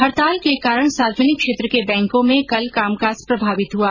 हड़ताल के कारण सार्वजनिक क्षेत्र के बैंकों में कल कामकाज प्रभावित हुआ